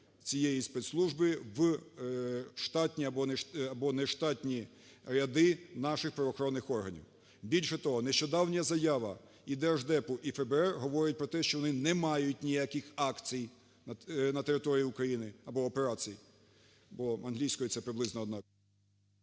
цієї спецслужби в штатні або нештатні ряди наших правоохоронних органів. Більше того, нещодавно заява і Держдепу і ФБР говорить про те, що вони не мають ніяких акцій на території України або операцій, бо англійською це приблизно…